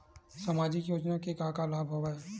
सामाजिक योजना के का का लाभ हवय?